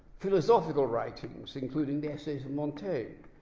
philosophical writings including the essays of montaigne,